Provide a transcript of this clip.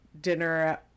dinner